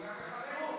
הוא הולך לחלק אותם.